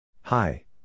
Hi